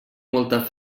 molta